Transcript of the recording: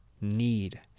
need